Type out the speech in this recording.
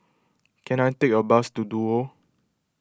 can I take a bus to Duo